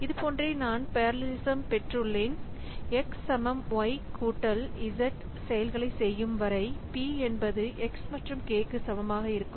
இது போன்றே நான் பெரலல்லிசம்பெற்றுள்ளேன் x சமம் y கூட்டல் z செயல்களை செய்யும் வரை p என்பது x மற்றும் k க்கு சமமாக இருக்கும்